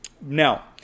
Now